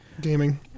gaming